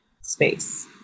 space